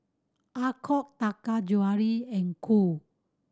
Alcott Taka Jewelry and Cool